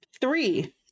three